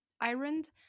ironed